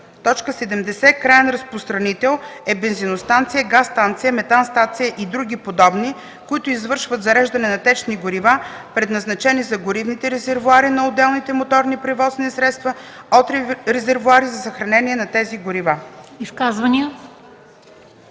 70. „Краен разпространител” е бензиностанция, газстанция, метанстанция и други подобни, които извършват зареждане на течни горива, предназначени за горивните резервоари на отделните моторни превозни средства, от резервоари за съхранение на тези горива.”